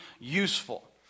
useful